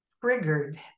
triggered